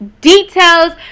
details